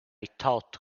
thought